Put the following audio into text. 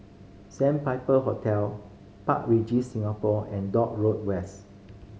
Sandpiper Hotel Park Regis Singapore and Dock Road West